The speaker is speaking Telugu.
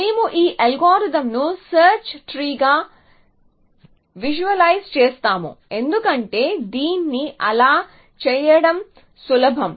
మేము ఈ అల్గోరిథంను సెర్చ్ ట్రీగా విజువలైజ్ చేస్తాము ఎందుకంటే దీన్ని అలా చేయడం సులభం